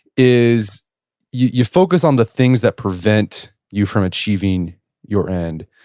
is you you focus on the things that prevent you from achieving your end.